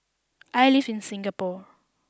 I live in Singapore